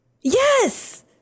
Yes